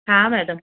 हा मैडम